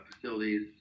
facilities